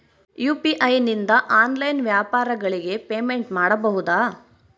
UPI ನಿಂದ online ವ್ಯಾಪಾರಗಳಿಗೆ payment ಮಾಡಬಹುದಾ?